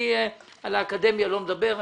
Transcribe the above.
על האקדמיה אני לא מדבר.